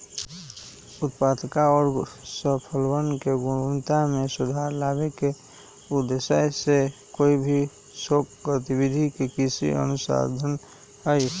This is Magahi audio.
उत्पादकता और फसलवन के गुणवत्ता में सुधार लावे के उद्देश्य से कोई भी शोध गतिविधि कृषि अनुसंधान हई